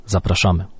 Zapraszamy